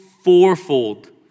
fourfold